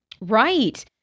Right